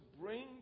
bring